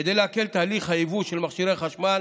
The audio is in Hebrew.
כדי להקל את הליך היבוא של מכשירי חשמל